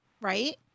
right